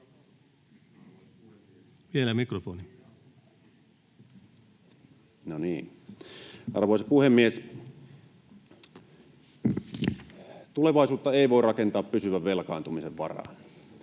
Arvoisa puhemies! Tulevaisuutta ei voi rakentaa pysyvän velkaantumisen varaan.